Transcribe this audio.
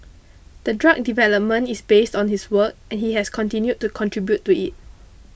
the drug development is based on his work and he has continued to contribute to it